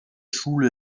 schule